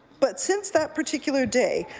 but since that particular day,